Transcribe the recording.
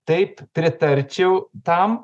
taip pritarčiau tam